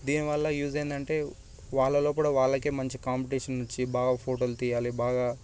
దీనివల్ల యూజ్ ఏంటంటే వాళ్ళ లోపట వాళ్ళకే మంచి కాంపిటీషన్ వచ్చి బాగా ఫోటోలు తీయాలి బాగా